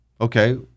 Okay